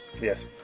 Yes